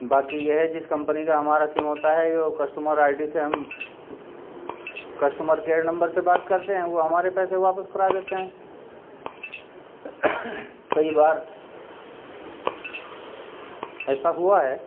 باقی یہ ہے جس کمپنی کا ہمارا سم ہوتا ہے وہ کسٹمر آئی ڈی سے ہم کسٹمر کیئر نمبر سے بات کرتے ہیں وہ ہمارے پیسے واپس کرا دیتے ہیں کئی بار ایسا ہوا ہے